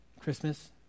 Christmas